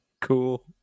Cool